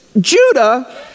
Judah